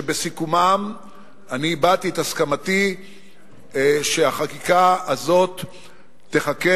ואני הבעתי את הסכמתי שהחקיקה הזו תחכה